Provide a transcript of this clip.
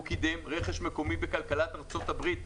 הוא קידם רכש מקומי בכלכלת ארצות הברית,